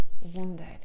wounded